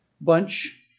bunch